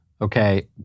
Okay